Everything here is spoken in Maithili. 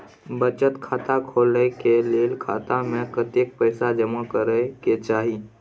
बचत खाता खोले के लेल खाता में कतेक पैसा जमा करे के चाही?